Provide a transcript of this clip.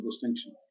distinction